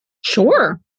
Sure